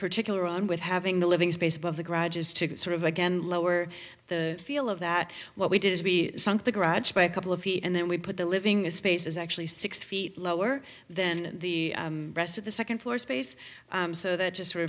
particular on with having the living space above the garage is to sort of again lower the feel of that what we did is we sunk the garage by a couple of feet and then we put the living space is actually six feet lower than the rest of the second floor space so that just sort